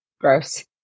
Gross